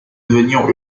devenir